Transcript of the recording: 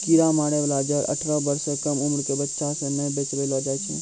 कीरा मारै बाला जहर अठारह बर्ष सँ कम उमर क बच्चा सें नै बेचबैलो जाय छै